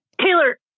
Taylor